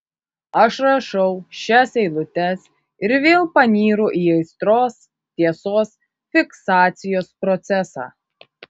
aš rašau šias eilutes ir vėl panyru į aistros tiesos fiksacijos procesą